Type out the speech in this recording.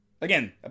Again